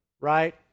right